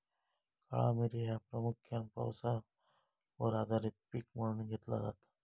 काळा मिरी ह्या प्रामुख्यान पावसावर आधारित पीक म्हणून घेतला जाता